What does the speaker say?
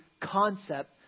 concept